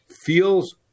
feels